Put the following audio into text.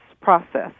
process